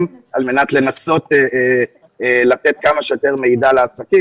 וזאת על מנת לנסות לתת כמה שיותר מידע לעסקים,